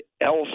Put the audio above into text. else